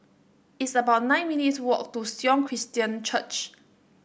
it's about nine minutes' walk to Sion Christian Church